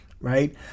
right